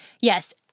Yes